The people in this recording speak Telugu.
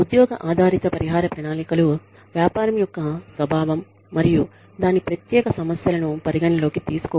ఉద్యోగ ఆధారిత పరిహార ప్రణాళికలు వ్యాపారం యొక్క స్వభావం మరియు దాని ప్రత్యేక సమస్యలను పరిగణనలోకి తీసుకోవు